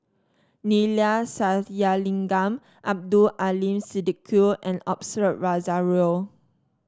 Neila Sathyalingam Abdul Aleem Siddique and Osbert Rozario